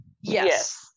Yes